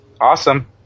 awesome